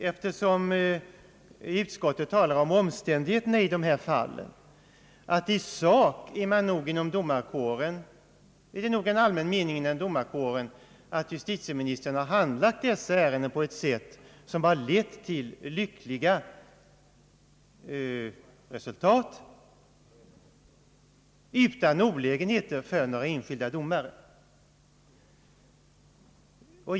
Eftersom utskottet talar om omständigheterna i de åberopade fallen, skulle jag vilja tilllägga att det i sak råder inom domarkåren den allmänna meningen att justitieministern har handlagt dessa ären den på ett sätt som har lett till lyckliga resultat utan olägenheter för de förflyttade domarna.